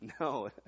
No